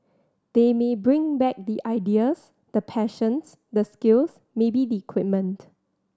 they may bring back the ideas the passions the skills maybe the equipment